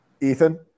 Ethan